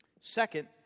Second